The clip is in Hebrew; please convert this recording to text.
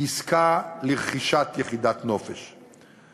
היא עסקה לרכישת יחידת נופש.